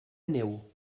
neu